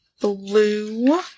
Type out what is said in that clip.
Blue